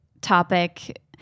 topic